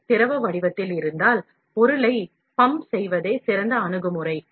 பொருள் திரவ வடிவத்தில் இருந்தால் பொருளை பம்ப் செய்வதே சிறந்த அணுகுமுறை